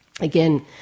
Again